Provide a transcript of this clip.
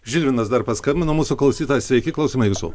žilvinas dar paskambino mūsų klausytojas sveiki klausome jūsų